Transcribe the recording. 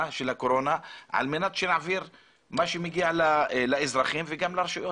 של הקורונה כדי להעביר מה שמגיע לאזרחים ולרשויות.